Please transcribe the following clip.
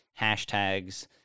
hashtags